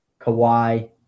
Kawhi